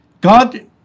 God